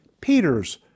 Peter's